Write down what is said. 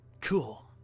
cool